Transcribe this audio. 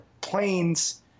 planes